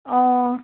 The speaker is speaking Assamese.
অ'